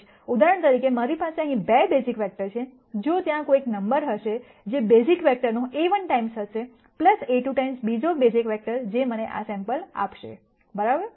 તેથી ઉદાહરણ તરીકે મારી પાસે અહીં 2 બેઝિક વેક્ટર છે ત્યાં કોઈક નંબર હશે જે બેસિસ વેક્ટરનો α1 ટાઈમ્સ હશે α2 ટાઈમ્સ બીજો બેઝિક વેક્ટર જે મને આ સેમ્પલ બરાબર આપશે